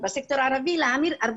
הוא יחליט כמה להמיר.